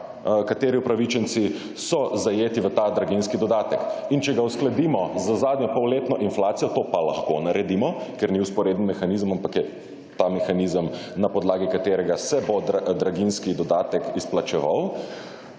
kateri upravičenci so zajeti v ta draginjski dodatek. In če ga uskladimo z zadnjo polletno inflacijo – to pa lahko naredimo, ker ni vzporeden mehanizem, ampak je mehanizem, na podlagi katerega se bo draginjski dodatek izplačeval